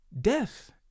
death